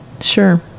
sure